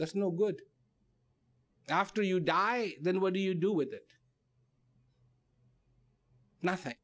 that's no good after you die then what do you do with it nothing